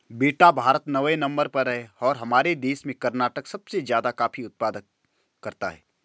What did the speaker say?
बेटा भारत नौवें नंबर पर है और हमारे देश में कर्नाटक सबसे ज्यादा कॉफी उत्पादन करता है